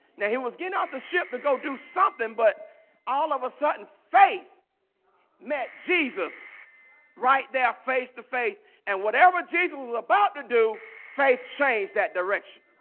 now he was getting off the ship to go do something but all of a sudden faith met jesus right there face to face and whatever. jesus was about to do faith changed that direction